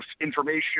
information